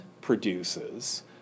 produces